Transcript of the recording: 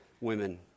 women